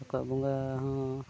ᱟᱠᱚᱣᱟᱜ ᱵᱚᱸᱜᱟ ᱦᱚᱸ